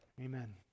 amen